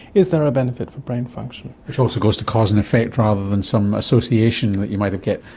is there a benefit for brain function? which also goes to cause and effect rather than some association that you might get.